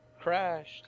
crashed